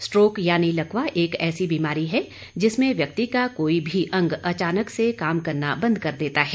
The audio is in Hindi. स्ट्रोक यानि लकवा एक ऐसी बीमारी है जिसमें व्यक्ति का कोई भी अंग अचानक से काम करना बंद कर देता है